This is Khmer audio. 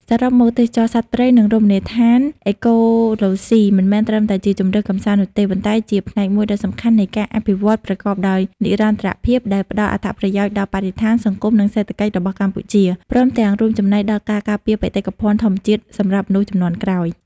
សរុបមក ទេសចរណ៍សត្វព្រៃ និងរមណីយដ្ឋានអេកូឡូស៊ី មិនមែនត្រឹមតែជាជម្រើសកម្សាន្តនោះទេ ប៉ុន្តែជាផ្នែកមួយដ៏សំខាន់នៃការអភិវឌ្ឍប្រកបដោយនិរន្តរភាព ដែលផ្តល់អត្ថប្រយោជន៍ដល់បរិស្ថាន សង្គម និងសេដ្ឋកិច្ចរបស់កម្ពុជា ព្រមទាំងរួមចំណែកដល់ការការពារបេតិកភណ្ឌធម្មជាតិសម្រាប់មនុស្សជំនាន់ក្រោយ។